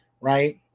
right